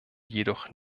jedoch